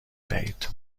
دهید